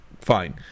fine